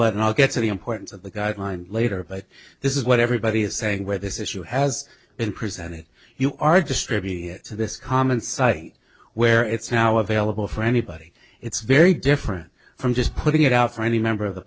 what i'll get to the importance of the guideline later but this is what everybody is saying where this issue has been presented you are distributed to this common site where it's now available for anybody it's very different from just putting it out for any member of the